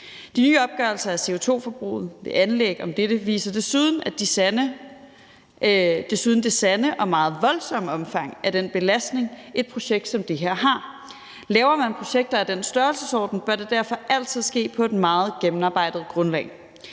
De nye opgørelser af CO2-forbruget ved anlæg af dette viser desuden det sande og meget voldsomme omfang af den belastning, et projekt som det her har. Laver man projekter af den størrelsesorden, bør det derfor altid ske på et meget gennemarbejdet grundlag.